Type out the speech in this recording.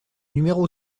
numéro